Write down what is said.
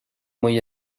muy